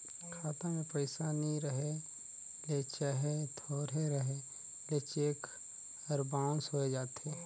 खाता में पइसा नी रहें ले चहे थोरहें रहे ले चेक हर बाउंस होए जाथे